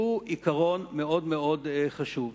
שהוא עיקרון מאוד חשוב.